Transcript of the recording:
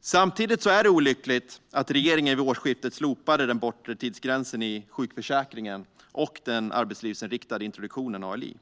Samtidigt är det olyckligt att regeringen vid årsskiftet slopade den bortre tidsgränsen i sjukförsäkringen och den arbetslivsinriktade introduktionen, ALI.